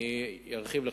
אני ארחיב טיפה.